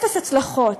אפס הצלחות: